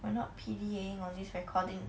we're not P_D_A on this recording